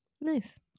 Nice